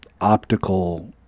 optical